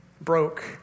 broke